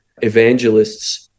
evangelists